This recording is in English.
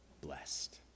blessed